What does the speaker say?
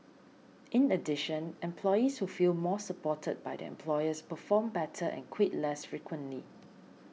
in addition employees who feel more supported by their employers perform better and quit less frequently